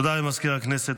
תודה למזכיר הכנסת.